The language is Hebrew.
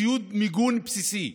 ציוד מיגון בסיסי.